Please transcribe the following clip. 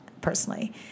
personally